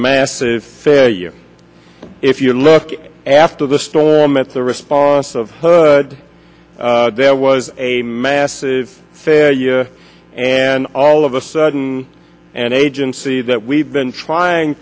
massive failure if you look after the storm at the response of hood there was a massive failure and all of a sudden an agency that we've been trying